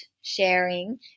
sharing